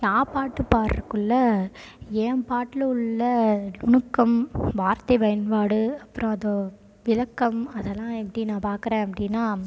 நான் பாட்டு பாட்றதுக்குள்ள என் பாட்டுல உள்ள நுணுக்கம் வார்த்தைப் பயன்பாடு அப்புறம் அதோ விளக்கம் அதெல்லாம் எப்படி நான் பார்க்கறேன் அப்படின்னா